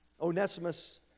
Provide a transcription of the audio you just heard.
Onesimus